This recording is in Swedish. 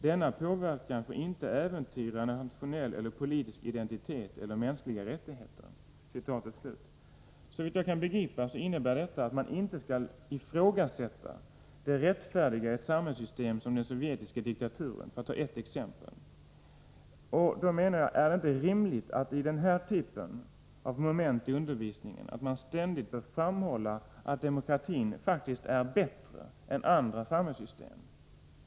Denna påverkan får inte äventyra nationell eller politisk identitet eller mänskliga rättigheter.” Såvitt jag kan begripa innebär detta att man inte skall ifrågasätta det rättfärdiga i samhällssystem som exempelvis den sovjetiska diktaturen. Är det inte rimligt att man i denna typ av dokument i undervisningen ständigt bör framhålla att demokratin är bättre än andra samhällssystem?